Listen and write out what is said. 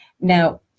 now